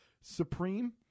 Supreme